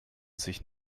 sich